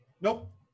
Nope